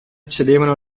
accedevano